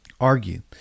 argue